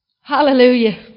Hallelujah